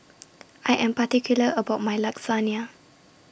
I Am particular about My Lasagna